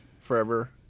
forever